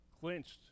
clinched